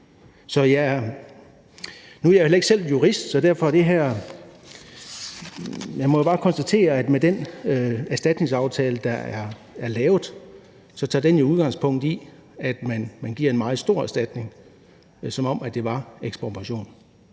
Nu er jeg ikke selv jurist, så derfor må jeg bare konstatere, at den erstatningsaftale, der er lavet, tager udgangspunkt i, at man giver en meget stor erstatning, som om det var ekspropriation.